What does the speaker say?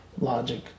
logic